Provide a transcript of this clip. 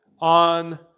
on